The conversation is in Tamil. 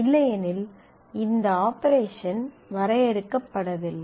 இல்லையெனில் இந்த ஆபரேஷன் வரையறுக்கப்படவில்லை